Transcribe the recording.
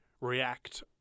react